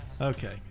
Okay